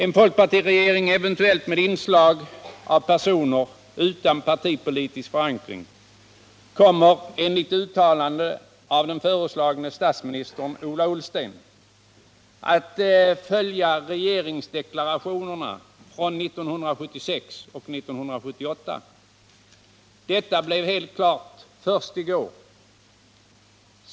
En folkpartiregering, eventuellt med inslag av personer utan partipolitisk förankring, kommer enligt uttalanden av den föreslagne statsministern Ola Ullsten att följa regeringsdeklarationerna från 1976 och 1978. Detta blev helt klart först i går.